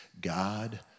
God